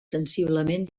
sensiblement